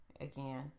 again